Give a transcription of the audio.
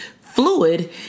fluid